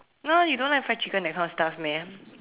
no you don't like fried chicken that kind of stuff meh